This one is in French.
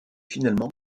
finalement